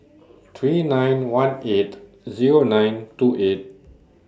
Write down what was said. three nine one eight Zero nine two eight